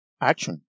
action